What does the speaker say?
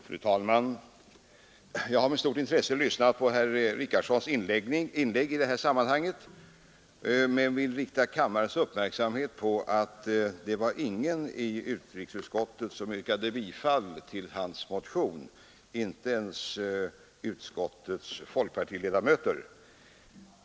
Fru talman! Jag har med stort intresse lyssnat på herr Richardsons inlägg i denna fråga men vill rikta kammarens uppmärksamhet på att ingen i utrikesutskottet yrkade bifall till hans motion, inte ens utskottets folkpartiledamöter.